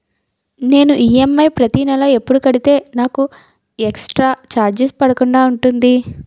నేను ఈ.ఎమ్.ఐ ప్రతి నెల ఎపుడు కడితే నాకు ఎక్స్ స్త్ర చార్జెస్ పడకుండా ఉంటుంది?